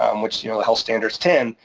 um which you know the health standard is ten,